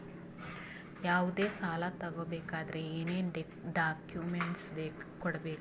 ಯಾವುದೇ ಸಾಲ ತಗೊ ಬೇಕಾದ್ರೆ ಏನೇನ್ ಡಾಕ್ಯೂಮೆಂಟ್ಸ್ ಕೊಡಬೇಕು?